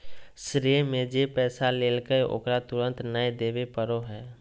श्रेय में जे पैसा लेलकय ओकरा तुरंत नय देबे पड़ो हइ